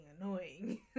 annoying